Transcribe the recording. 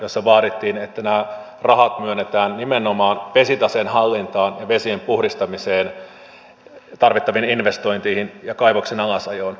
siinä vaadittiin että nämä rahat myönnetään nimenomaan vesitaseen hallintaan ja vesien puhdistamiseen tarvittaviin investointeihin ja kaivoksen alasajoon